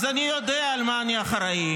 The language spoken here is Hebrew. התהפכת כמו סטייק --- מה עם החטופים?